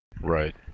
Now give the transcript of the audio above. Right